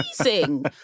amazing